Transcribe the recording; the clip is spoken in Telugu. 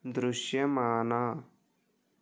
దృశ్యమానా